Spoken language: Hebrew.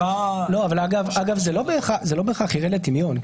אגב, זה לא בהכרח ירד לטמיון.